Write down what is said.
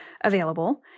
available